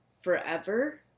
forever